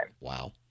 Wow